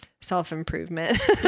self-improvement